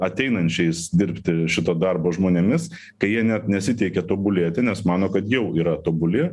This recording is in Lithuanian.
ateinančiais dirbti šito darbo žmonėmis kai jie net nesiteikia tobulėti nes mano kad jau yra tobuli